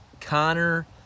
Connor